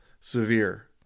severe